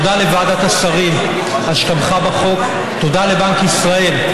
תודה לוועדת השרים, שתמכה בחוק, תודה לבנק ישראל,